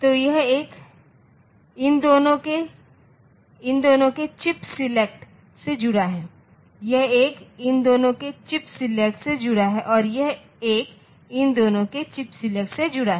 तो यह एक इन दोनों के चिप सेलेक्ट से जुड़ा है यह एक इन दोनों के चिप सेलेक्ट से जुड़ा है और यह एक इन दोनों के चिप सेलेक्ट से जुड़ा है